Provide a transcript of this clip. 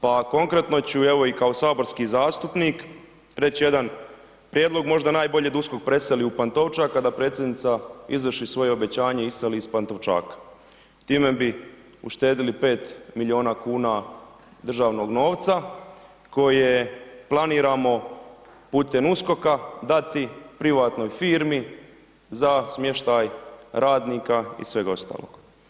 Pa konkretno ću, evo i kao saborski zastupnik reć jedan prijedlog možda najbolje da USKOK preseli u Pantovčak, a da predsjednica izvrši svoje obećanje i iseli iz Pantovčaka, time bi uštedili 5 milijuna kuna državnog novca koje planiramo putem USKOK-a dati privatnoj firmi za smještaj radnika i sveg ostalog.